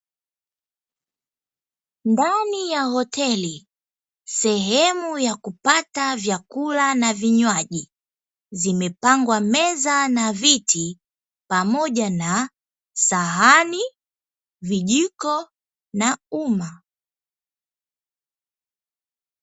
Ndani ya hoteli sehemu ya kupata vyakula na vinywaji, zimepangwa meza na viti pamoja na sahani, vijiko na umma.